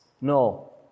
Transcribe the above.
No